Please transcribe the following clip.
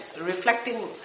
reflecting